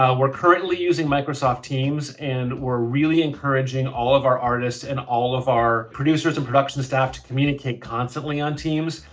ah we're currently using microsoft teams, and we're really encouraging all of our artists, and all of our producers, and production staff to communicate constantly on teams,